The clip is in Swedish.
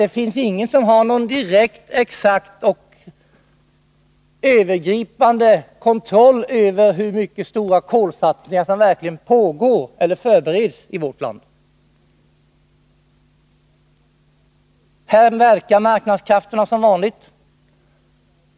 Det finns nämligen ingen som har någon direkt, exakt och överbegripande kontroll över hur stora kolsatsningar som verkligen pågår eller förbereds i vårt land. Här verkar marknadskrafterna som vanligt.